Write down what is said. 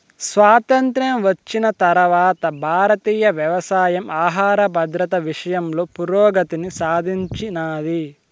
స్వాతంత్ర్యం వచ్చిన తరవాత భారతీయ వ్యవసాయం ఆహర భద్రత విషయంలో పురోగతిని సాధించినాది